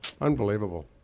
Unbelievable